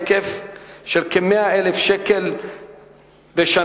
בהיקף של כ-100,000 שקלים בשנה,